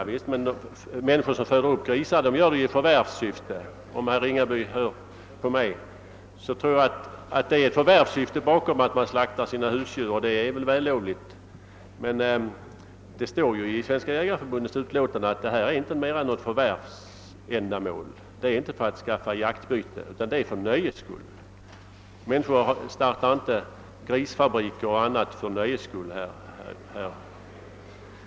Men de människor som föder upp grisar gör det i förvärvssyfte, och det är vällovligt. Det står i Svenska jägareförbundets yttrande, att jakten inte sker i syfte att skaffa jaktbyte utan för nöjes skull. Människor som startar grisfabriker gör det inte för nöjes skull.